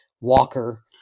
Walker